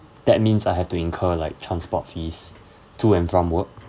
that means I have to incur like transport fees to and from work